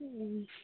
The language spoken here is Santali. ᱦᱮᱸ